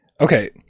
Okay